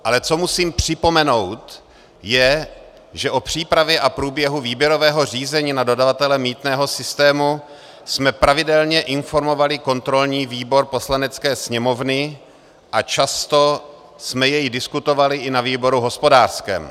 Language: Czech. Ale co musím připomenout, je, že o přípravě a průběhu výběrového řízení na dodavatele mýtného systému jsme pravidelně informovali kontrolní výbor Poslanecké sněmovny a často jsme jej diskutovali i na výboru hospodářském.